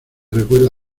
recuerda